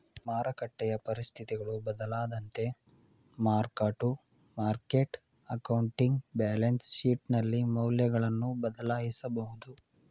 ಮಾರಕಟ್ಟೆಯ ಪರಿಸ್ಥಿತಿಗಳು ಬದಲಾದಂತೆ mark to market accounting balance ಶೀಟ್ನಲ್ಲಿ ಮೌಲ್ಯಗಳನ್ನು ಬದಲಾಯಿಸಬಹುದು